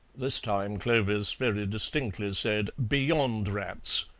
this time clovis very distinctly said, beyond-rats!